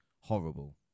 horrible